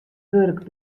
wurk